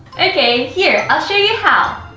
okay, here i'll show you how!